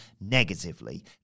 negatively